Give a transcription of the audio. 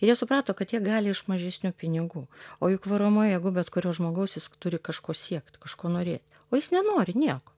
ir jie suprato kad jie gali iš mažesnių pinigų o juk varomoji jėga bet kurio žmogaus jis turi kažko siekt kažko norė o jis nenori nieko